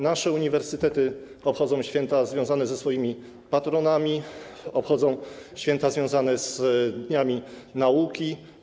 Nasze uniwersytety obchodzą święta związane ze swoimi patronami, obchodzą święta związane z dniami nauki.